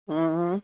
অঁ